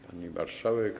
Pani Marszałek!